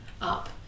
up